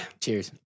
Cheers